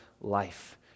life